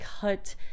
cut